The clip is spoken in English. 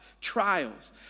trials